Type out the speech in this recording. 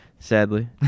Sadly